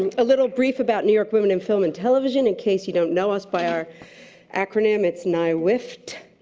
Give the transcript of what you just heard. and a little brief about new york women in film and television. in case you don't know us by our acronym, it's nywift.